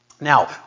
Now